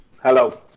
Hello